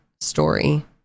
story